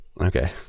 Okay